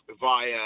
via